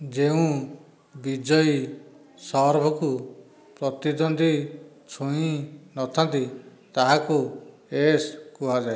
ଯେଉଁ ବିଜୟୀ ସର୍ଭକୁ ପ୍ରତିଦ୍ୱନ୍ଦ୍ୱୀ ଛୁଇଁ ନଥାନ୍ତି ତାହାକୁ 'ଏସ୍' କୁହାଯାଏ